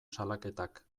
salaketak